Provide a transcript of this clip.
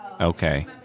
Okay